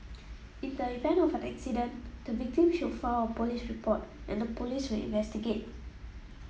in the event of an accident the victim should file a police report and the Police will investigate